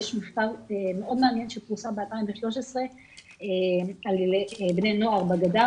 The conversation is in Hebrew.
יש מחקר מאוד מעניין שפורסם ב-2013 על בני נוער בגדה,